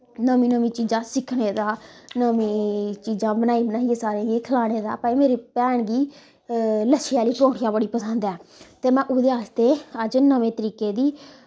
नमीं नमी चीजां सिक्खने दा नमीं चीजां बनाई बनाइयै सारें गी खलाने दा भाई मेरी भैन गी लच्छे आह्ली परोंठियां बड़ी पसंद ऐ ते में उह्दे आस्तै अज्ज नमें तरीके दी